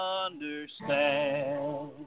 understand